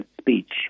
speech